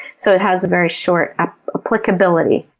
so it has a very short ah applicability.